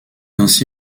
ainsi